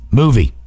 movie